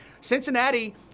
Cincinnati